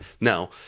Now